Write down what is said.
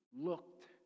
looked